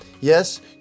Yes